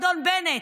אדון בנט?